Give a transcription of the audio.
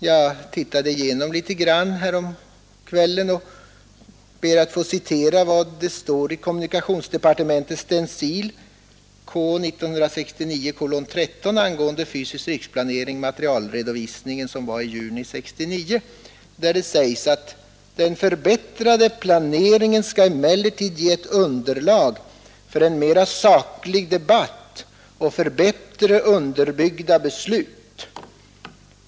Jag tittade igenom häromkvällen och ber att få citera ur kommunikationsdepartementets stencil K 1969:13 angående fysisk riksplanering, materialredovisningen i juni 1969, där det sägs: ”Den förbättrade planeringen skall emellertid ge ett underlag för en mera saklig debatt och för bättre underbyggda beslut.